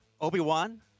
Obi-Wan